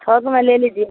थोक में ले लीजिए